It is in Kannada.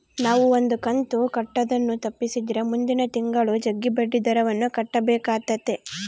ನಾವು ಒಂದು ಕಂತು ಕಟ್ಟುದನ್ನ ತಪ್ಪಿಸಿದ್ರೆ ಮುಂದಿನ ತಿಂಗಳು ಜಗ್ಗಿ ಬಡ್ಡಿದರವನ್ನ ಕಟ್ಟಬೇಕಾತತೆ